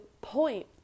point